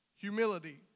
Humility